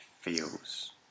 feels